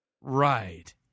Right